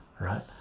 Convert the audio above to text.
right